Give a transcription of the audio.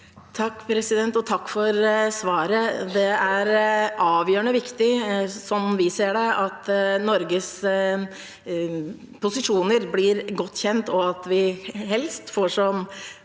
(H) Takk for svaret. Det er avgjørende viktig, slik vi ser det, at Norges posisjoner blir godt kjent, og at vi helst får det